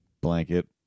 Blanket